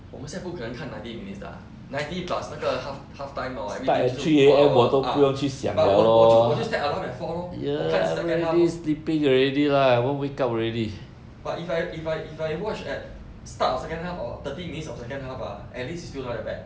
我们现在不可能看 ninety minutes ah ninety plus 那个 half half time orh everything 就是 two hour ah but 我我就我就 set alarm at four lor 我看 second half lor but if I if I if I watch at start of second half or thirty minutes of second half ah least is still not that bad